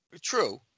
True